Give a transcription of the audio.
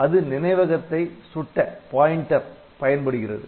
அது நினைவகத்தை சுட்ட பயன்படுகிறது